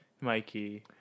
Mikey